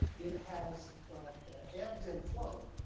it has ebbed and flowed,